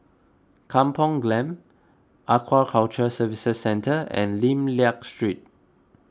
Kampung Glam Aquaculture Services Centre and Lim Liak Street